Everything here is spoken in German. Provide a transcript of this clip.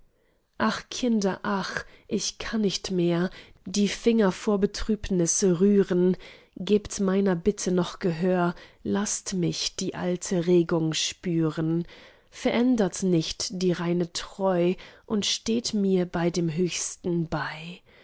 ach kinder ach ich kann nicht mehr die finger vor betrübnis rühren gebt meiner bitte noch gehör laßt mich die alte regung spüren verändert nicht die reine treu und steht mir bei dem höchsten bei